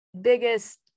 biggest